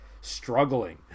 struggling